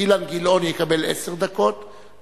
אילן גילאון יקבל עשר דקות,